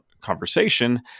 conversation